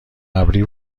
ابری